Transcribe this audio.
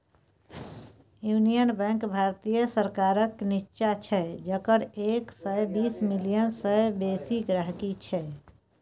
union Bank भारतीय सरकारक निच्चां छै जकर एक सय बीस मिलियन सय बेसी गांहिकी छै